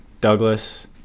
Douglas